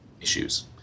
issues